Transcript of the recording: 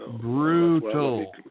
Brutal